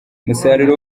umusaruro